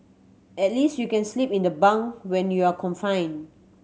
at least you can sleep in the bunk when you're confined